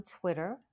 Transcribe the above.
Twitter